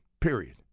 period